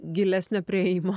gilesnio priėjimo